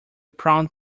proud